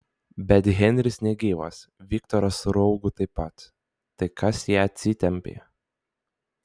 bet henris negyvas viktoras su raugu taip pat tai kas ją atsitempė